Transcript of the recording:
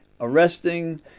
arresting